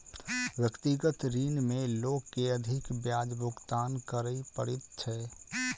व्यक्तिगत ऋण में लोक के अधिक ब्याज भुगतान करय पड़ैत छै